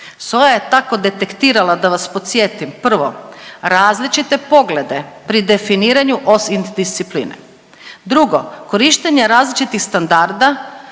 SOA je tako detektirala da vas podsjetim, prvo različite poglede pri definiranju OSINT discipline, drugo korištenje različitih standarda,